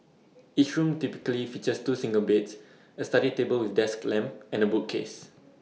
each room typically features two single beds A study table with desk lamp and A bookcase